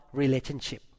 relationship